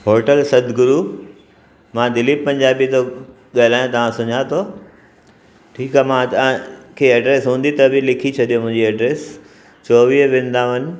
hotel Satguru मां दिलीप पंजाबी थो ॻाल्हायां तव्हां सुञा थो ठीकु आहे मां तव्हां खे एड्रैस हूंदी त बि लिखी छॾियो मुंहिंजी एड्रैस चोवीह वृंदावन